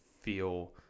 feel